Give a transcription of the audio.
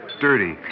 dirty